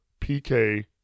PK